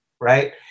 right